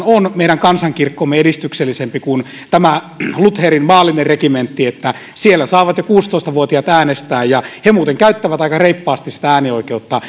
on meidän kansankirkkomme edistyksellisempi kuin tämä lutherin maallinen regimentti että siellä saavat jo kuusitoista vuotiaat äänestää ja he muuten käyttävät aika reippaasti sitä äänioikeuttaan